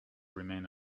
remain